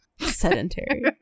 sedentary